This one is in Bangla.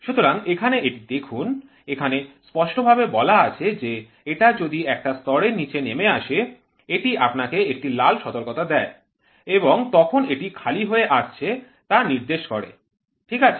সুতরাং এখানে এটি দেখুন এখানে স্পষ্টভাবে বলা আছে যে এটা যদি একটা স্তরের নিচে নেমে আসে এটি আপনাকে একটি লাল সতর্কতা দেয় এবং তখন এটি খালি হয়ে আসছে তা নির্দেশ করে ঠিক আছে